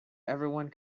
everyone